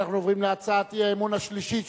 אנחנו עוברים להצעת האי-האמון השלישית,